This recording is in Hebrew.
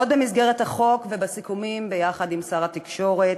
עוד במסגרת החוק ובסיכומים ביחד עם שר התקשורת: